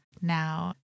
now